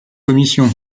commission